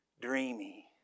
dreamy